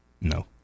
No